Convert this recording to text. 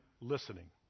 listening